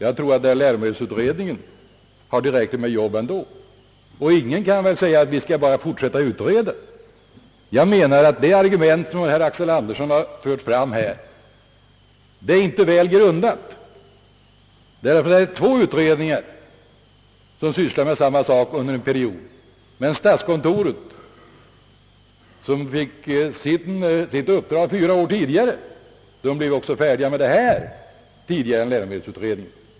Jag tror att läromedelsutredningen har tillräckligt med arbete ändå. Det argument som herr Axel Andersson här har framfört är inte väl grundat. Två utredningar har sysslat med samma sak under en period, men stats kontoret som fick sitt uppdrag fyra år tidigare blev också färdigt tidigare än läromedelsutredningen.